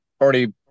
already